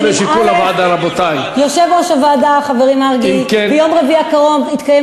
אפשר להעביר לוועדת החינוך ונסכים שהדיון יתקיים